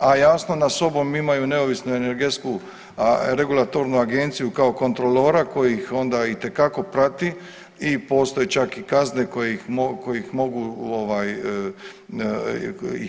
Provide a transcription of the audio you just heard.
A jasno nad sobom imaju Neovisnu energetsku regulatornu agenciju kao kontrolora koji ih onda itekako prati i postoje čak i kazne kojim mogu